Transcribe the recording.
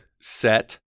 set